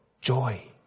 joy